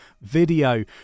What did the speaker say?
video